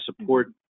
support